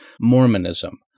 Mormonism